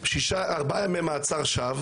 ארבעה ימי מעצר שווא,